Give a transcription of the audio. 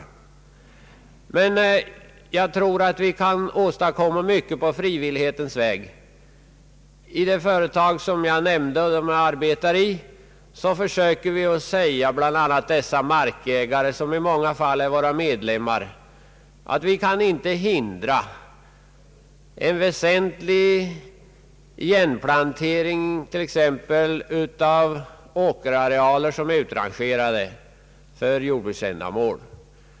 Mycket kan dock här åstadkommas på frivillighetens väg. I Samfundet för hembygdsvård, som jag nyss nämnde, försöker vi säga till markägarna, som ofta tillhör organisationen, att vi naturligtvis inte kan hindra igenplantering av åkerarealer som är utrangerade för jordbruksändamål.